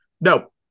No